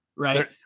Right